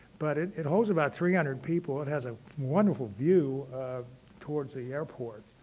but it it holds about three hundred people. it has a wonderful view of towards the airport.